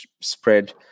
spread